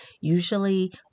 usually